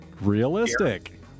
Realistic